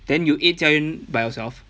then you eat 佳园 by yourself